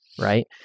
right